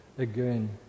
again